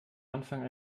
anfang